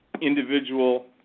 individual